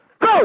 Go